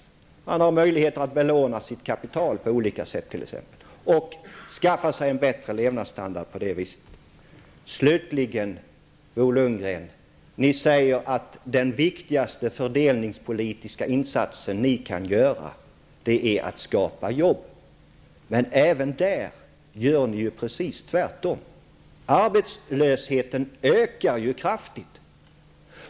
Man har t.ex. möjligheter att belåna sitt kapital på olika sätt och på det viset skaffa sig en bättre levnadsstandard. Slutligen, Bo Lundgren, säger ni att den viktigaste fördelningspolitiska insatsen ni kan göra är att skapa jobb. Men även där gör ni precis tvärtom. Arbetslösheten ökar ju kraftigt.